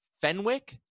Fenwick